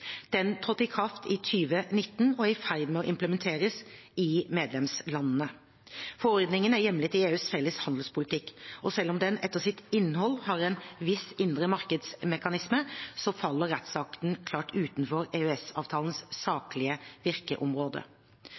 Den trådte i kraft i 2019 og er i ferd med å implementeres i medlemslandene. Forordningen er hjemlet i EUs felles handelspolitikk, og selv om den etter sitt innhold har en viss indre markedsmekanisme, faller rettsakten klart utenfor EØS-avtalens saklige virkeområde.